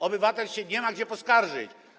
Obywatel się nie ma gdzie poskarżyć.